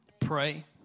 Pray